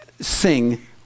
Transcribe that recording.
sing